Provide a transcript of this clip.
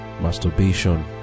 masturbation